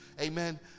Amen